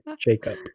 jacob